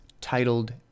titled